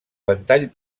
ventall